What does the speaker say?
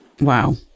Wow